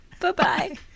Bye-bye